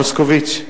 מוסקוביץ,